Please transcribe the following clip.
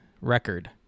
record